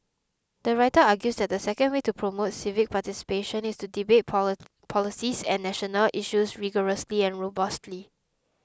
the writer argues that the second way to promote civic participation is to debate polar policies and national issues rigorously and robustly